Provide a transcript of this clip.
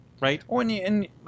Right